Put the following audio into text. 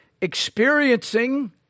experiencing